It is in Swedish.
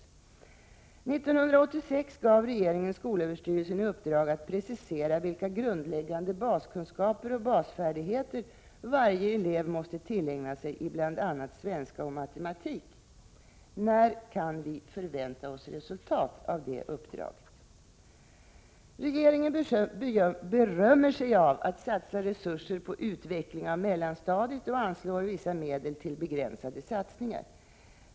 Regeringen gav 1986 skolöverstyrelsen i uppdrag att precisera vilka grundläggande baskunskaper och basfärdigheter varje elev måste tillägna sig i bl.a. svenska och matematik. När kan vi förvänta oss resultat av det uppdraget? Regeringen berömmer sig av att satsa resurser på utveckling av mellanstadiet och anslår vissa medel till begränsade satsningar.